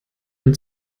dem